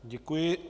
Děkuji.